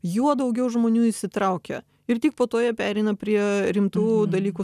juo daugiau žmonių įsitraukia ir tik po to jie pereina prie rimtų dalykų